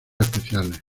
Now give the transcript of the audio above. especiales